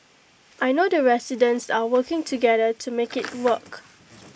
I know the residents are working together to make IT work